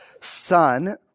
son